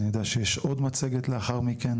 אני יודע שיש לנו עוד מצגת לאחר מכן